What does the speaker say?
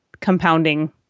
compounding